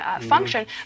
function